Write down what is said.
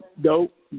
dope